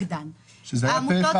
זה היה פה אחד